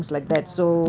ya